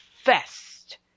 fest